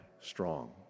strong